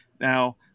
Now